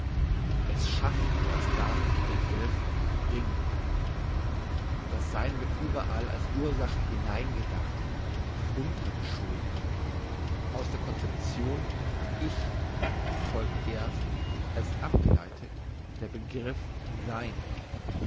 es schafft erst damit den begriff ding das sein wird überall als ursache hineingedacht untergeschoben aus der conception ich folgt erst als abgeleitet der begriff sein